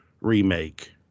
remake